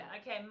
Okay